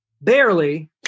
barely